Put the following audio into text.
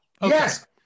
Yes